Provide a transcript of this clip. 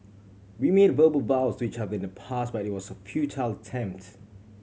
we made verbal vows to each other in the past but it was a futile attempt